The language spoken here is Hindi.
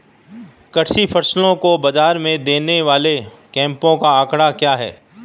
कृषि फसलों को बाज़ार में देने वाले कैंपों का आंकड़ा क्या है?